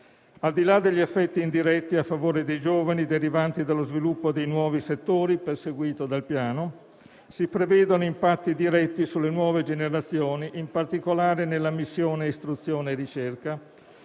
Al di là degli effetti indiretti a favore dei giovani, derivanti dallo sviluppo dei nuovi settori perseguito dal Piano, si prevedono impatti diretti sulle nuove generazioni, in particolare nella missione istruzione e ricerca,